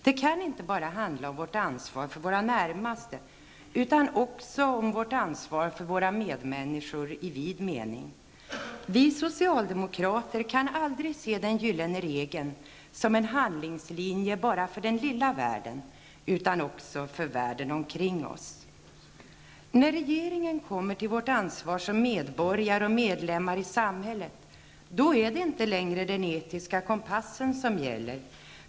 Det kan inte bara handla om vårt ansvar för våra närmaste utan också om vårt ansvar för våra medmänniskor i vid mening. Vi socialdemokrater kan aldrig se den gyllene regeln som en handlingslinje bara för den lilla världen utan också för världen omkring oss. När regeringen kommer till vårt ansvar som medborgare och medlemmar i samhället är det inte längre den etiska kompassen som gäller.